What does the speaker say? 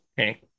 okay